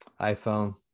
iPhone